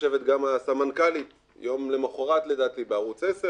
יושבת גם הסמנכ"לית יום למחרת בערוץ 10,